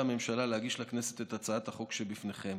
הממשלה להגיש לכנסת את הצעת החוק שבפניכם.